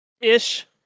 Ish